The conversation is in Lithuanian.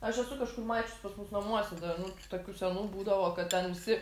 aš esu kažkur mačius pas mus namuose dar nu tokių senų būdavo kad ten visi